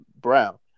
Brown